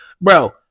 bro